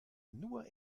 nur